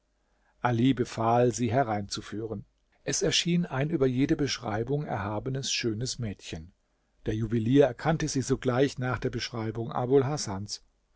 ali befahl sie hereinzuführen es erschien ein über jede beschreibung erhabenes schönes mädchen der juwelier erkannte sie sogleich nach der beschreibung abul hasans